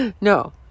No